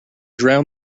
drown